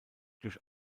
durch